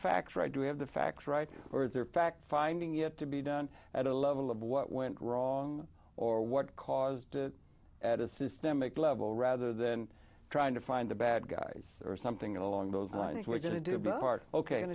facts right do we have the facts right or is there a fact finding yet to be done at the level of what went wrong or what caused it at a systemic level rather than trying to find the bad guys or something along